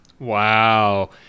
Wow